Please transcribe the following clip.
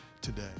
today